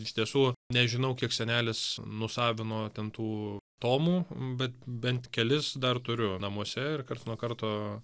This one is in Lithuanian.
iš tiesų nežinau kiek senelis nusavino ten tų tomų bet bent kelis dar turiu namuose ir karts nuo karto